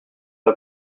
pas